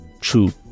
true